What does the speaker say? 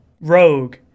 rogue